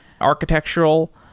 architectural